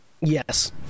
Yes